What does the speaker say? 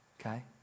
Okay